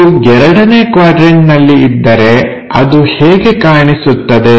ಇದು ಎರಡನೇ ಕ್ವಾಡ್ರನ್ಟನಲ್ಲಿ ಇದ್ದರೆ ಅದು ಹೇಗೆ ಕಾಣಿಸುತ್ತದೆ